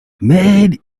made